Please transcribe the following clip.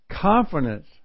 confidence